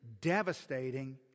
devastating